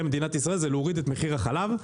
מדינת ישראל זה להוריד את מחיר החלב,